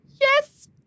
yes